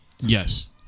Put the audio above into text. Yes